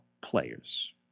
players